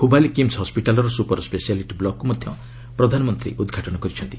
ହୁବାଲି କିମ୍ସ୍ ହସ୍କିଟାଲ୍ର super specialty ବ୍ଲକ୍କୁ ମଧ୍ୟ ପ୍ରଧାନମନ୍ତ୍ରୀ ଉଦ୍ଘାଟନ କରିଛନ୍ତି